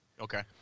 Okay